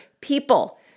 people